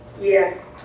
Yes